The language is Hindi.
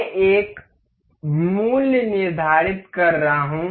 मैं एक मूल्य निर्धारित कर रहा हूं